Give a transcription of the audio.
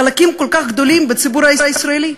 חלקים כל כך גדולים בציבור הישראלי?